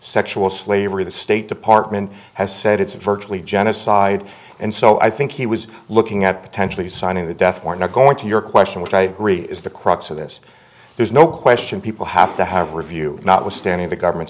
sexual slavery the state department has said it's virtually genocide and so i think he was looking at potentially signing the death or not going to your question which i agree is the crux of this there's no question people have to have review notwithstanding the government